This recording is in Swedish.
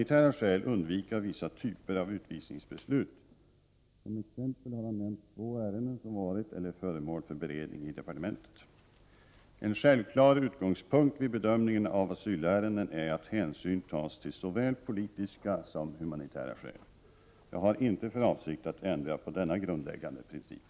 1988/89:46 beredning i departementet. 15 december 1988 En självklar utgångspunkt vid bedömningen av asylärenden är att hänsyn Om handläggningen av tas till såväl politiska som humanitära skäl. ä nd ä S ”=& Kl visst slag av utvisnings Jag har inte för avsikt att ändra på denna grundläggande princip.